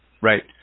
right